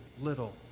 little